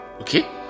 okay